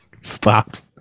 stopped